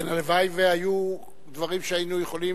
כן, הלוואי שהיו דברים שהיינו יכולים